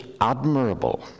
admirable